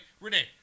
Renee